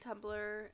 Tumblr